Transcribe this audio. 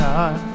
God